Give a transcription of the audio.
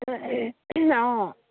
অঁ